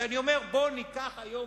אני אומר: בואו ניקח היום